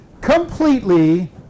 completely